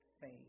faith